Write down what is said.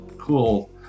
cool